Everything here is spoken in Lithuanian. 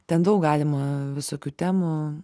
ten daug galima visokių temų